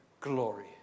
glory